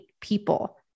people